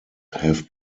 have